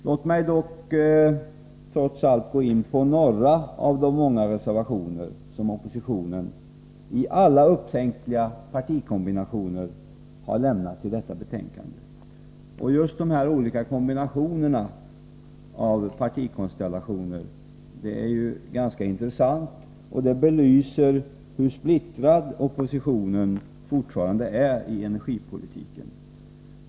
Låt mig dock trots allt gå in på några av de många reservationer som oppositionen i alla upptänkliga partikombinationer har lämnat till detta betänkande. Just de olika kombinationerna av partikonstellationer är ganska intressanta och belyser hur splittrad oppositionen fortfarande är i energipolitiken.